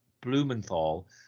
Blumenthal